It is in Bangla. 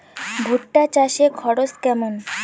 ভুট্টা চাষে খরচ কেমন?